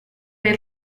del